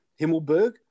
Himmelberg